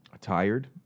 tired